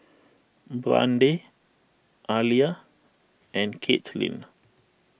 Brande Aliyah and Katelin